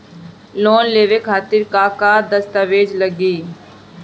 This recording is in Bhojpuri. लोन लेवे खातिर का का दस्तावेज लागी?